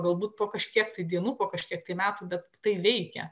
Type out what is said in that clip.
galbūt po kažkiek tai dienų po kažkiek metų bet tai veikia